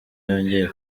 yongeye